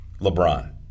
LeBron